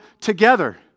together